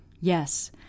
yes